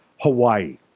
Hawaii